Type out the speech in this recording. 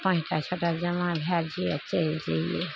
पाँचटा छओटा जमा भए जाइ रहियै आओर चलि जइए